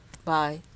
bye